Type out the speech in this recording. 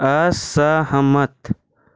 असहमत